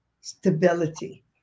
stability